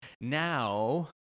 Now